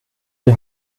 die